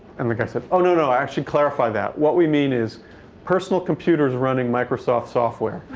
and the guy said, oh, no, no, i should clarify that. what we mean is personal computers running microsoft software.